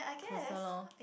closer lor